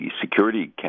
security